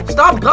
Stop